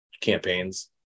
campaigns